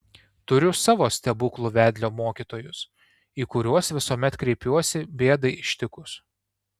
turiu savo stebuklų vedlio mokytojus į kuriuos visuomet kreipiuosi bėdai ištikus